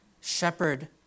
shepherd